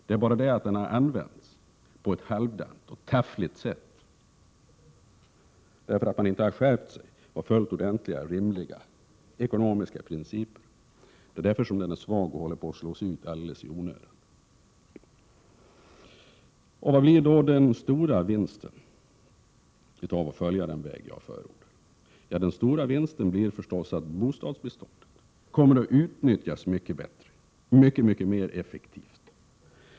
Det är bara det att den har använts på ett halvdant och taffligt sätt, därför att man inte har skärpt sig och följt ordentliga, ekonomiska principer. Det är därför som allmännyttan är svag och håller på att slås ut alldeles i onödan. Vad blir då den stora vinsten av att följa den väg jag förordar? Jo, den stora vinsten blir naturligtvis att bostadsbeståndet kommer att utnyttjas mycket bättre och mer effektivt.